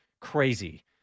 crazy